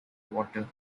water